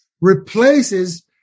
replaces